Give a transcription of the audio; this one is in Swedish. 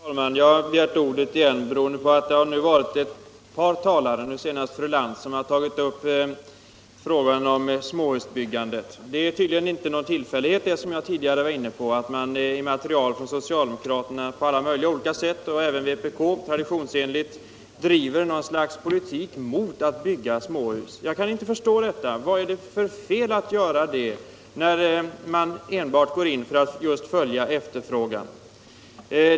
Herr talman! Jag har begärt ordet igen beroende på att ett par talare, nu senast fru Lantz, talat om småhusbyggandet. Det är tydligen inte någon tillfällighet — som jag tidigare var inne på — att man i material från socialdemokraterna och vpk på alla möjliga sätt traditionsenligt driver något slags opinion mot småhusbyggande. Jag kan inte förstå detta. Vad är det för fel med att bygga småhus när man enbart går in för att just tillgodose efterfrågan?